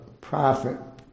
prophet